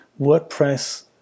WordPress